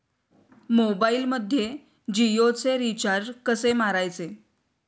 मोबाइलमध्ये जियोचे रिचार्ज कसे मारायचे?